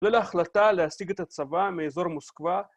ולהחלטה להסיג את הצבא מאזור מוסקבה